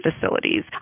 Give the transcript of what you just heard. facilities